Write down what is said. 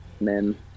men